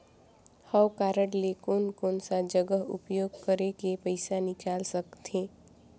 हव कारड ले कोन कोन सा जगह उपयोग करेके पइसा निकाल सकथे?